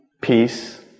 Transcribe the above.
peace